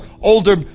older